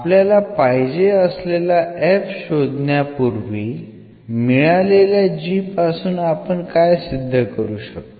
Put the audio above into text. आपल्याला पाहिजे असलेला f शोधण्यापूर्वी मिळालेल्या g पासून आपण काय सिद्ध करू शकतो